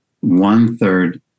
One-third